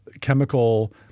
chemical